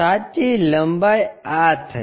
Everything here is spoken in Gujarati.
સાચી લંબાઈ આં થઈ